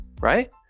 right